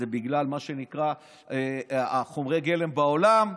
שזה בגלל מה שנקרא חומרי הגלם בעולם.